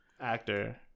actor